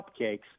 cupcakes